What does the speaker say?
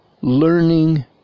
Learning